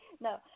No